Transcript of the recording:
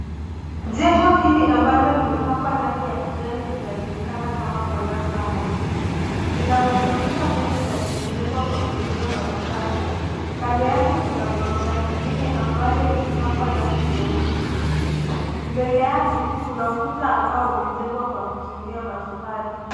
Jengo hili ambalo limepakwa rangi ya kijani linajulikana kama [Bonasta Heights]. Lina madirisha mengi na limejengwa kwa kutumia matofali. Kando yake kuna ghorofa nyingine ambayo imepakwa rangi nyeupe. Mbele yake kuna ukuta ambao umejengwa kwa kutumia matofali.